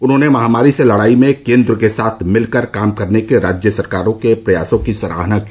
उन्होंने महामारी से लड़ाई में केन्द्र के साथ मिलकर काम करने के राज्य सरकारों के प्रयासों की सराहना की